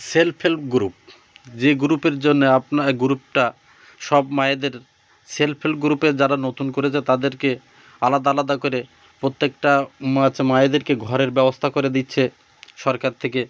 self help group যে গ্রুপের জন্যে আপনার গ্রুপটা সব মায়েদের সেলফ হেল্প গ্রুপে যারা নতুন করেছে তাদেরকে আলাদা আলাদা করে প্রত্যেকটা আছে মায়েদেরকে ঘরের ব্যবস্থা করে দিচ্ছে সরকার থেকে